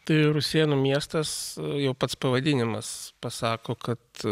tai rusėnų miestas jau pats pavadinimas pasako kad